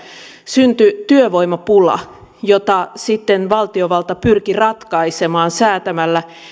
syntyi työvoimapula jota sitten valtiovalta pyrki ratkaisemaan säätämällä